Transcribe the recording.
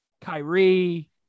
Kyrie